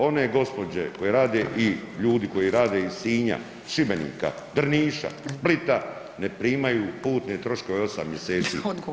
One gospođe koje rade i ljudi koji rade iz Sinja, Šibenika, Drniša, Splita ne primaju putne troškove 8 mjeseci.